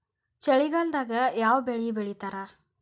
ಚಳಿಗಾಲದಾಗ್ ಯಾವ್ ಬೆಳಿ ಬೆಳಿತಾರ?